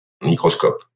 microscope